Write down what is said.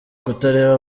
kutareba